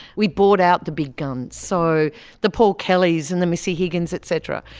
we brought out the big guns, so the paul kellys and the missy higginses et cetera.